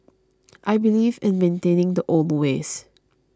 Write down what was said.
I believe in maintaining the old ways